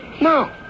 No